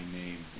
name